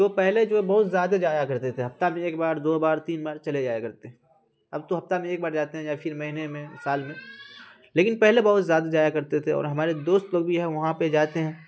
تو پہلے جو بہت زیادہ جایا کرتے تھے ہفتہ میں ایک بار دو بار تین بار چلے جایا کرتے اب تو ہفتہ میں ایک بار جاتے ہیں یا پھر مہینے میں سال میں لیکن پہلے بہت زیادہ جایا کرتے تھے اور ہمارے دوست لوگ بھی ہیں وہاں پہ جاتے ہیں